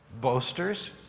boasters